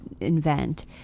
invent